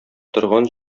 торган